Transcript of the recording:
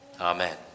Amen